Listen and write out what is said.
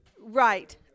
Right